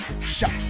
shot